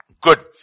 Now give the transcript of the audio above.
Good